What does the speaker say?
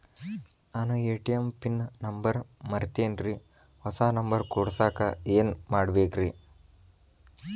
ನಾನು ನನ್ನ ATM PIN number ಮರ್ತೇನ್ರಿ, ಹೊಸಾ ನಂಬರ್ ಕುಡಸಾಕ್ ಏನ್ ಮಾಡ್ಬೇಕ್ರಿ?